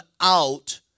out